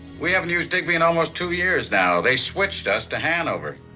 we haven't used digby in almost two years now. they switched us to hanover.